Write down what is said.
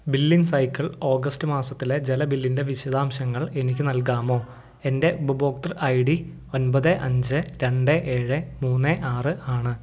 billing cycle August മാസത്തിലെ ജല ബില്ലിൻ്റെ വിശദാംശങ്ങൾ എനിക്ക് നൽകാമോ എൻ്റെ ഉപഭോക്തൃ ഐ ഡി ഒമ്പത് അഞ്ച് രണ്ട് ഏഴ് മൂന്ന് ആറ് ആണ്